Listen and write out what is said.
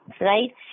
Right